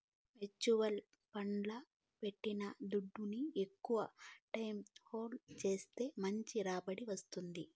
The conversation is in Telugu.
మ్యూచువల్ ఫండ్లల్ల పెట్టిన దుడ్డుని ఎక్కవ టైం హోల్డ్ చేస్తే మంచి రాబడి వస్తాది